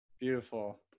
Beautiful